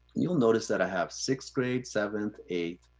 you'll notice that i have sixth grade, seventh, eighth,